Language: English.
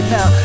Now